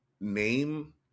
name